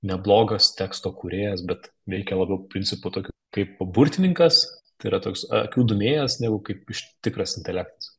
neblogas teksto kūrėjas bet veikia labiau principu tokiu kaip burtininkas tai yra toks akių dūmėjas negu kaip iš tikras intelektas